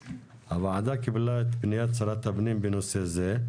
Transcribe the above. הוועדה קיבלה את פניית שרת הפנים בנושא זה,